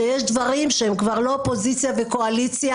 שיש דברים שהם כבר לא אופוזיציה וקואליציה.